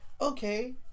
okay